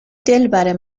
دلبر